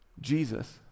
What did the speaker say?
Jesus